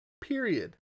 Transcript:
period